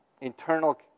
internal